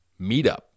meetup